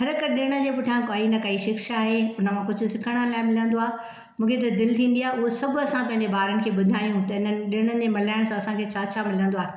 हरहिक ॾिण जे पुठीयां काई न काई शिक्षा आहे हुन मां कुझु सिखाण लाइ मिलान्दो ननि ॾिणनि जे मलाइणमूंखे त दिलि थींदी आहे उह सभु असां पंहिंजे ॿारनि खे ॿुधायूं त हिननि ॾिणनि जे मल्हाइण सां असां खे छा छा मिलंदो आहे